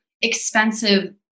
expensive